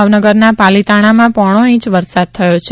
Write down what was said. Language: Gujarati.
ભાવનગરના પાલિતાણામાં પોણો ઇંચ વરસાદ થયો છે